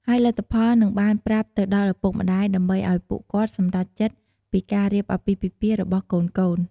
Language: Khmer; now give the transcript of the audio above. ហើយលទ្ធផលនឹងបានប្រាប់ទៅដល់ឪពុកម្តាយ ដើម្បីឲ្យពួកគាត់សម្រេចចិត្តពីការរៀបអាពាហ៍ពិពាហ៍របស់កូនៗ។